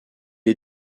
est